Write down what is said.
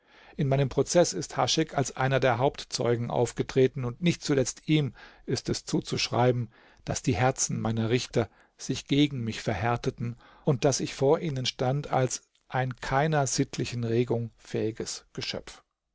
in meinem prozeß ist haschek als einer der hauptzeugen aufgetreten und nicht zuletzt ihm ist es zuzuschreiben daß die herzen meiner richter sich gegen mich verhärteten und daß ich vor ihnen stand als ein keiner sittlichen regung fähiges geschöpf